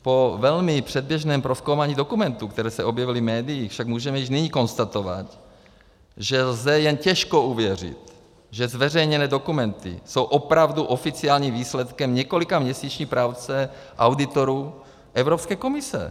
Po velmi předběžném prozkoumání dokumentů, které se objevily v médiích, však můžeme už nyní konstatovat, že lze jen těžko uvěřit, že zveřejněné dokumenty jsou opravdu oficiálním výsledkem několikaměsíční práce auditorů Evropské komise.